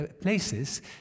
places